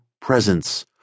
presence